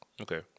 Okay